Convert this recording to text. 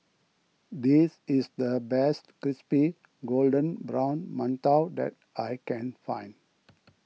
this is the best Crispy Golden Brown Mantou that I can find